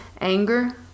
anger